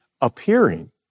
appearing